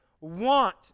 want